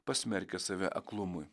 pasmerkia save aklumui